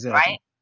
right